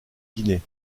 guinée